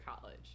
college